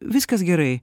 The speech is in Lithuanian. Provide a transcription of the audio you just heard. viskas gerai